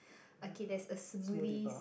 okay there's a smoothies